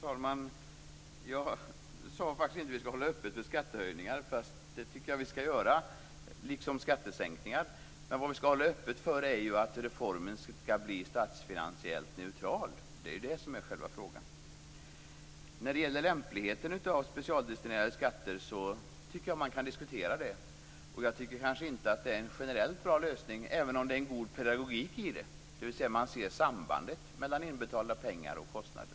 Fru talman! Jag sade faktiskt inte att vi skall hålla öppet för skattehöjningar, men det tycker jag att vi skall göra, liksom för skattesänkningar. Men vad vi skall hålla öppet för är ju att reformen skall bli statsfinansiellt neutral. Det är ju det som är själva frågan. När det gäller lämpligheten av specialdestinerade skatter tycker jag att man kan diskutera det. Och jag tycker kanske inte att det är en generellt bra lösning, även om det är en god pedagogik i det, dvs. att man ser sambandet mellan inbetalda pengar och kostnader.